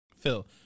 Phil